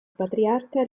patriarca